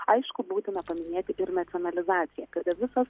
aišku būtina paminėti ir nacionalizaciją kada visos